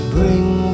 bring